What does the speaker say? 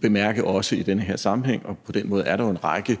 bemærke i den her sammenhæng, og på den måde er der jo en række